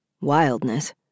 wildness